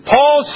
Paul